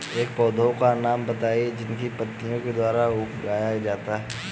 ऐसे पौधे का नाम बताइए जिसको पत्ती के द्वारा उगाया जाता है